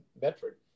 Bedford